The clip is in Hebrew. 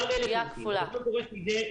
יוצא שהם קורסים.